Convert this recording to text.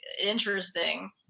interesting